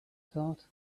thought